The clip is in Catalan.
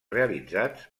realitzats